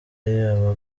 aba